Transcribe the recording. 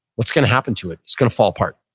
what's going to happen to it? it's going to fall apart.